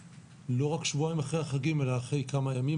לא רק שבועיים אחרי החגים אלא אחרי כמה ימים,